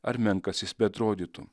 ar menkas jis beatrodytų